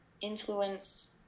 influence